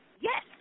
Yes